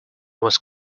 was